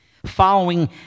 following